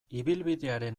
ibilbidearen